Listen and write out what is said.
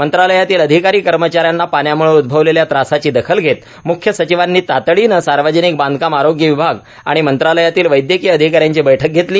मंत्रालयातील अधिकारी कर्मचाऱ्यांना पाण्यामुळं उद्भवलेल्या त्रासाची दखल घेत मुख्य सचिवांनी तातडीनं सार्वजनिक बांधकामए आरोग्य विभाग आणि मंत्रालयातील वैद्यकीय अधिकाऱ्यांची बैठक घेतली